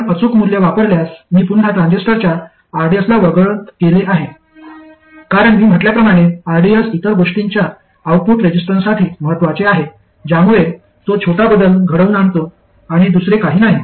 आपण अचूक मूल्य वापरल्यास मी पुन्हा ट्रान्झिस्टरच्या rds ला वगळत केले आहे कारण मी म्हटल्याप्रमाणे rds इतर गोष्टींच्या आऊटपुट रेझिस्टन्ससाठी महत्वाचे आहे ज्यामुळे तो छोटा बदल घडवून आणतो आणि दुसरे काही नाही